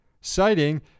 citing